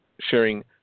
sharing